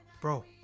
Bro